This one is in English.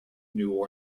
new